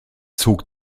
zog